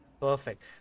Perfect